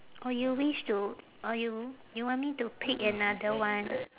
or you wish to or you you want me to pick another one